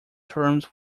terms